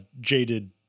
jaded